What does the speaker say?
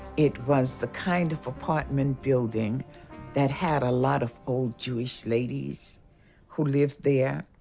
it was the kind of apartment building that had a lot of old jewish ladies who lived there.